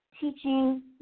teaching